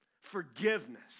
forgiveness